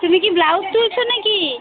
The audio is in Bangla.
তুমি কি ব্লাউজ তুলছ না কি